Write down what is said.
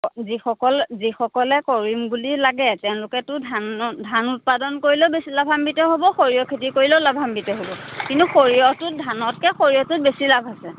যিসকল যিসকলে কৰিম বুলি লাগে তেওঁলোকেতো ধান ধান উৎপাদন কৰিলেও বেছি লাভাম্বিত হ'ব সৰিয়হ খেতি কৰিলেও লাভাম্বিত হ'ব কিন্তু সৰিয়হটো ধানতকৈ সৰিয়হটোত বেছি লাভ আছে